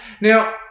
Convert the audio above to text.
Now